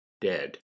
dead